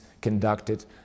conducted